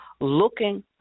looking